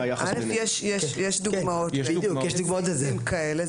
יש דוגמאות לסעיפים כאלה.